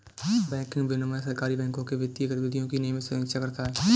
banking विनियमन सहकारी बैंकों के वित्तीय गतिविधियों की नियमित समीक्षा करता है